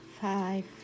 five